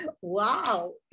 Wow